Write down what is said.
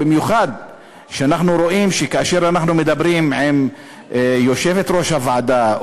במיוחד שאנחנו רואים שכאשר אנחנו מדברים עם יושבת-ראש הוועדה,